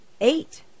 Eight